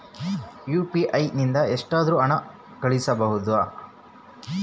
UPI ನಿಂದ ಎಷ್ಟಾದರೂ ಹಣ ಕಳಿಸಬಹುದಾ?